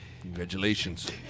Congratulations